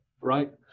Right